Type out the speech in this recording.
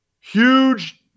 Huge